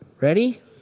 Ready